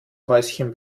häuschen